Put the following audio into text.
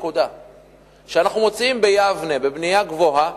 כשאנחנו מוציאים ביבנה בבנייה גבוהה,